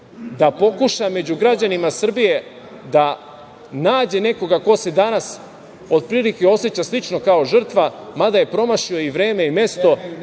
da pokuša da među građanima Srbije da nađe nekoga ko se danas, otprilike oseća slično kao žrtva, mada je promašio i vreme i mesto,